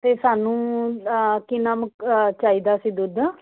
ਤੇ ਸਾਨੂੰ ਕੀ ਨਾਮ ਚਾਈਦਾ ਸੀ ਦੁੱਧ